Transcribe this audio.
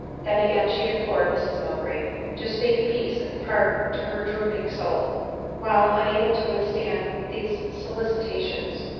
then again she implored mrs mowbray to speak peace and pardon to her drooping soul while, unable to withstand, these solicitations,